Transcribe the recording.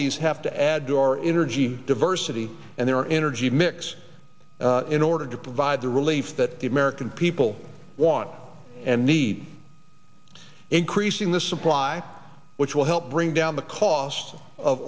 these have to add to our energy diversity and their energy mix in order to provide the relief that the american people want and need increasing the supply which will help bring down the cost of